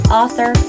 author